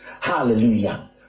Hallelujah